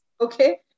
Okay